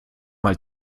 mal